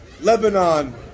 Lebanon